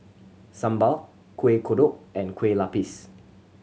sambal Kuih Kodok and Kueh Lupis